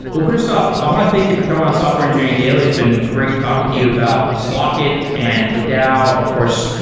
well, christoph i want to thank you for coming on software engineering daily. it's been great talking to you about slock it and the dao and of course,